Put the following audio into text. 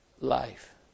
life